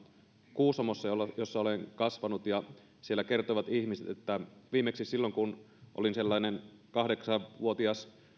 kuusamossa missä olen kasvanut ja siellä kertoivat ihmiset että viimeksi silloin kun olin sellainen kahdeksanvuotias